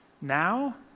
Now